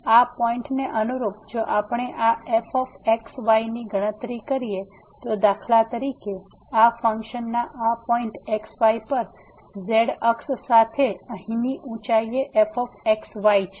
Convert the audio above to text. તેથી આ પોઈન્ટને અનુરૂપ જો આપણે આ f x y ની ગણતરી કરીએ તો દાખલા તરીકે આ ફંક્શનના આ પોઈન્ટx y પર z અક્ષ સાથે અહીંની ઉંચાઇ એ f x y